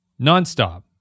nonstop